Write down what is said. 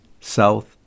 south